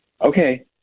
okay